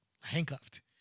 handcuffed